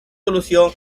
solución